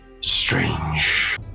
strange